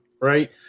right